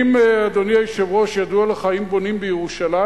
אדוני היושב-ראש, האם ידוע לך אם בונים בירושלים?